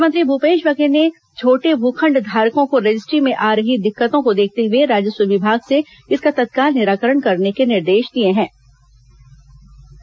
मुख्यमंत्री भूपेश बघेल ने छोटे भू खण्ड धारकों को रजिस्ट्री में आ रही दिक्कतों को देखते हुए राजस्व विभाग से इसका तत्काल निराकरण करने के निर्देश दिए गए थे